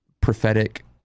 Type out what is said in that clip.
prophetic